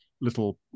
little